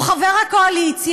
הוא חבר הקואליציה,